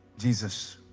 jesus